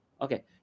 Okay